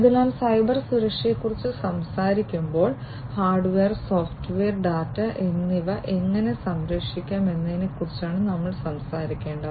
അതിനാൽ സൈബർ സുരക്ഷയെക്കുറിച്ച് സംസാരിക്കുമ്പോൾ ഹാർഡ്വെയർ സോഫ്റ്റ്വെയർ ഡാറ്റ എന്നിവ എങ്ങനെ സംരക്ഷിക്കാം എന്നതിനെക്കുറിച്ചാണ് നമ്മൾ സംസാരിക്കേണ്ടത്